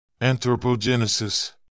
Anthropogenesis